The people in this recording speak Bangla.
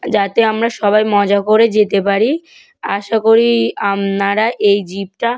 যাতে আমরা সবাই মজা করে যেতে পারি আশা করি আপনারা এই জীপটা